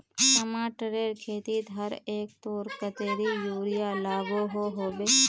टमाटरेर खेतीत हर एकड़ोत कतेरी यूरिया लागोहो होबे?